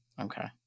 okay